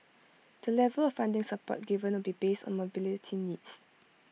the level of funding support given will be based on mobility needs